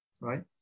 right